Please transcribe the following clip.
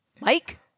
Mike